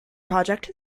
project